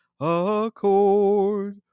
accord